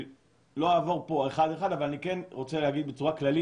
לא אעבור פה אחד-אחד אבל אני כן רוצה להגיד בצורה כללית